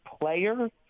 player